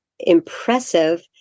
impressive